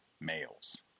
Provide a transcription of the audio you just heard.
males